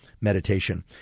meditation